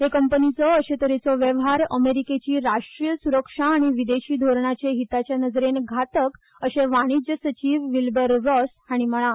हे कंपनीचो अशे तरेचो वेवहार अमेरीकेची राष्ट्रीय स्ररक्षा आनी विदेशी धोरणाचें हिताचे नदरेन घातक अशें वाणिज्य सचिव विलबर रॉस हाणी म्हळा